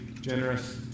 generous